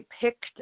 picked